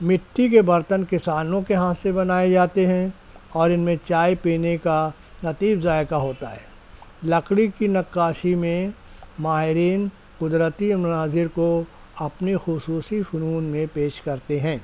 مٹی کے برتن کسانوں کے ہاتھ سے بنائے جاتے ہیں اور ان میں چائے پینے کا لطیف ذائقہ ہوتا ہے لکڑی کی نقاشی میں ماہرین قدرتی مناظر کو اپنی خصوصی فنون میں پیش کرتے ہیں